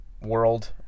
world